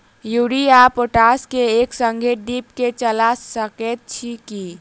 Urea आ potash केँ एक संगे ड्रिप मे चला सकैत छी की?